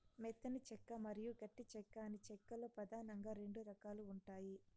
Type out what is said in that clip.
మెత్తని చెక్క మరియు గట్టి చెక్క అని చెక్క లో పదానంగా రెండు రకాలు ఉంటాయి